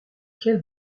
quelle